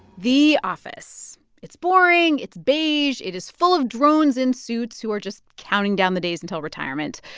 the office it's boring. it's beige. it is full of drones in suits who are just counting down the days until retirement.